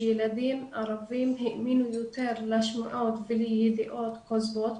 שילדים ערבים האמינו יותר לשמועות ולידיעות כוזבות,